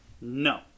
no